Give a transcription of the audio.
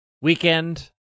weekend